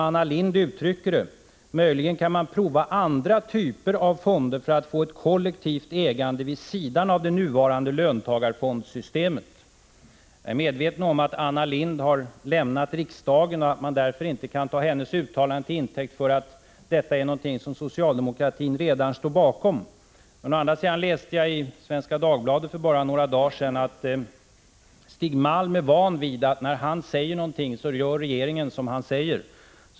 Anna Lindh uttrycker sig på följande sätt: Möjligen kan man prova andra typer av fonder för att få ett kollektivt ägande vid sidan av det nuvarande löntagarfondssystemet. Jag är medveten om att Anna Lindh har lämnat riksdagen och att man därför inte kan ta hennes uttalanden till intäkt för att detta är någonting som socialdemokratin redan står bakom. Å andra sidan läste jag i Svenska Dagbladet för bara några dagar sedan att Stig Malm är van vid att regeringen gör som han säger.